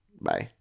Bye